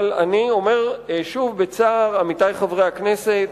אבל, אני אומר שוב, בצער, עמיתי חברי הכנסת,